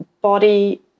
body